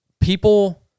people